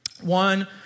One